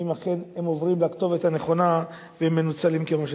האם אכן הם עוברים לכתובת הנכונה ומנוצלים כמו שצריך.